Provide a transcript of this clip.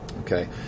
Okay